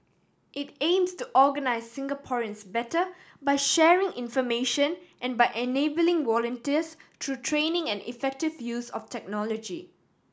it aims to organise Singaporeans better by sharing information and by enabling volunteers through training and effective use of technology